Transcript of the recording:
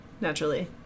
Naturally